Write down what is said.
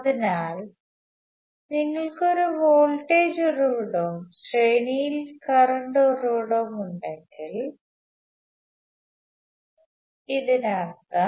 അതിനാൽ നിങ്ങൾക്ക് ഒരു വോൾട്ടേജ് ഉറവിടവും ശ്രേണിയിൽ കറണ്ട് ഉറവിടവും ഉണ്ടെങ്കിൽ ഇതിനർത്ഥം